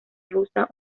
rusa